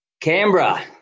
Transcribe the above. Canberra